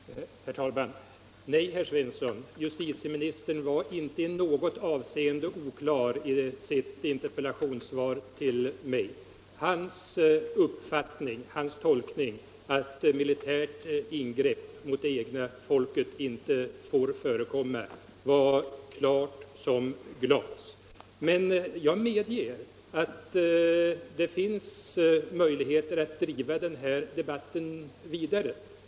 Herr talman! Nej, herr Svensson i Malmö, justitieministern var inte i något avseende oklar i sitt interpellationssvar till mig. Hans tolkning, att militärt ingrepp mot det egna folket inte får förekomma, var klar som glas. Men jag medger att det finns möjligheter att driva denna debatt vidare.